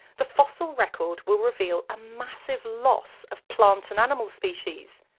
the fossil record will reveal a massive loss of plant and animal species,